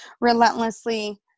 relentlessly